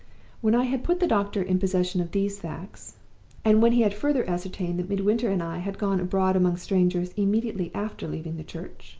when i had put the doctor in possession of these facts and when he had further ascertained that midwinter and i had gone abroad among strangers immediately after leaving the church